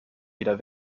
wieder